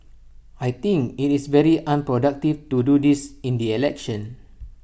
I think IT is very unproductive to do this in the election